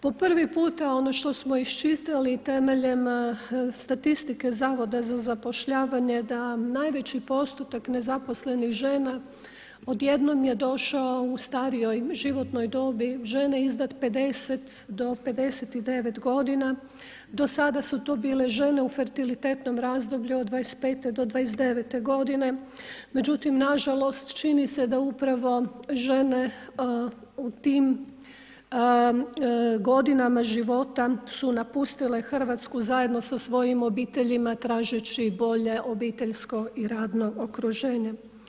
Po prvi puta, ono što smo iščitali temeljem statistike Zavoda za zapošljavanje je da najveći postotak nezaposlenih žena odjednom je došao u starijoj životnoj dobi žene iznad 50 do 59 godina, do sada su to bile žene u fertilitetnom razdoblju od 25. do 29. godine, međutim nažalost čini se da upravo žene u tim godinama života su napustile Hrvatsku zajedno s svojim obiteljima tražeći bolje obiteljsko i radno okruženje.